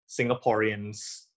Singaporeans